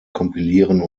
kompilieren